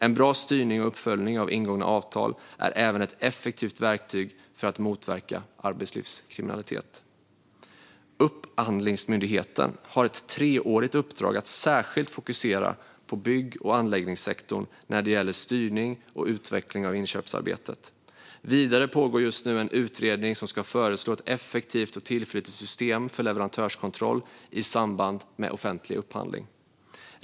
En bra styrning och uppföljning av ingångna avtal är även ett effektivt verktyg för att motverka arbetslivskriminalitet. Upphandlingsmyndigheten har ett treårigt uppdrag att fokusera särskilt på bygg och anläggningssektorn när det gäller styrning och utveckling av inköpsarbetet. Vidare pågår just nu en utredning som ska föreslå ett effektivt och tillförlitligt system för leverantörskontroll i samband med offentlig upphandling.